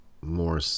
more